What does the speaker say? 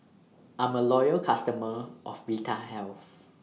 I'm A Loyal customer of Vitahealth